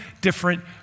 different